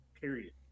period